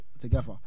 together